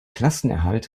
klassenerhalt